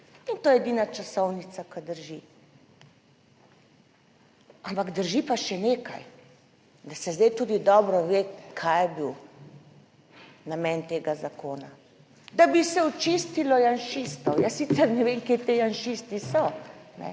in to je edina časovnica, ki drži. Ampak drži pa še nekaj; da se zdaj tudi dobro ve, kaj je bil namen tega zakona. Dabi se očistilo janšistov. Jaz sicer ne vem, kje ti janšisti so,